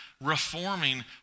reforming